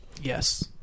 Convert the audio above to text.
Yes